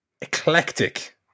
eclectic